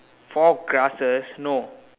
four grasses no